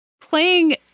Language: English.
Playing